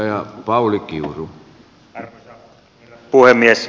arvoisa herra puhemies